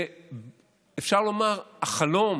אפשר לומר שזה החלום